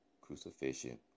Crucifixion